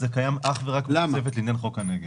זה קיים אך ורק כתוספת לעניין חוק הנגב.